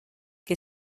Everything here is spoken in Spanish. que